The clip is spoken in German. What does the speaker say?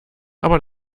aber